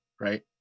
right